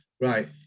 right